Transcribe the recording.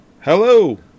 hello